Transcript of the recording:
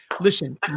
Listen